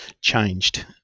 changed